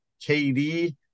KD